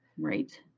Right